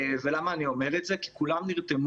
למה אני אומר את זה כי כולם נרתמו.